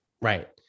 Right